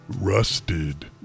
rusted